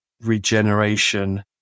regeneration